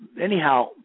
anyhow